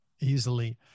easily